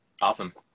Awesome